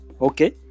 Okay